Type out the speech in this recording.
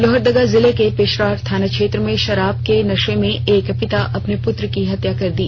लोहरदगा जिले के पेशरार थाना क्षेत्र में शराब के नशे में एक पिता अपने पुत्र की हत्या कर दी